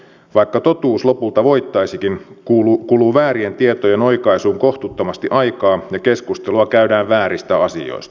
vaikka totuus lopulta voittaisikin kuluu väärien tietojen oikaisuun kohtuuttomasti aikaa ja keskustelua käydään vääristä asioista